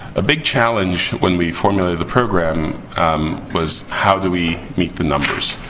a big challenge when we formulated the program was how do we meet the numbers?